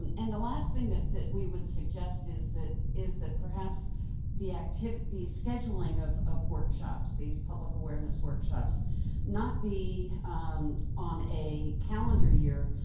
and and the last thing that that we would suggest is that is that perhaps the activity, scheduling of workshops, workshops, the public awareness workshops not be on a calendar year,